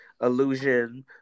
illusion